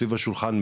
סביב השולחן,